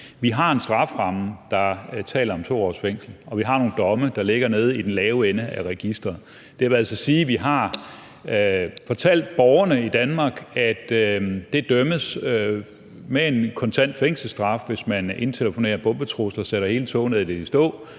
vi har en strafferamme på 2 års fængsel, og vi har nogle domme, der ligger nede i den lave ende af registeret. Det vil altså sige, at vi har fortalt borgerne i Danmark, at det dømmes med en kontant fængselsstraf, hvis man indtelefonerer bombetrusler og sætter hele tognettet i stå,